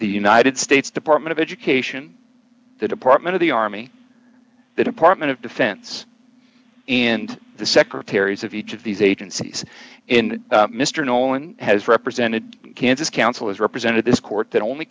the united states department of education the department of the army the department of defense and the secretaries of each of these agencies in mr nolan has represented kansas council is represented this court that only